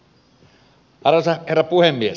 arvoisa herra puhemies